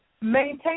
maintain